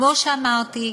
כמו שאמרתי,